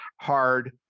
hard